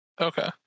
Okay